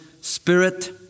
spirit